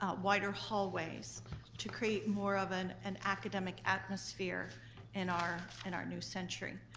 ah wider hallways to create more of an an academic atmosphere in our and our new century.